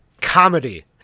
comedy